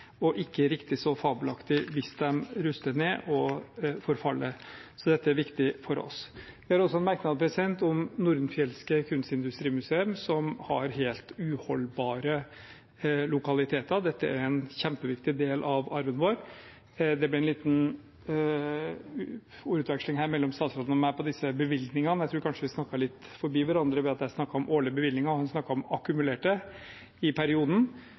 og ikke riktig så fabelaktig hvis de ruster ned og forfaller. Så dette er viktig for oss. Vi har også en merknad om Nordenfjeldske Kunstindustrimuseum, som har helt uholdbare lokaliteter. Dette er en kjempeviktig del av arven vår. Det ble en liten ordveksling mellom statsråden og meg om disse bevilgningene. Jeg tror kanskje vi snakket litt forbi hverandre ved at jeg snakket om årlige bevilgninger, og han snakket om akkumulerte i perioden,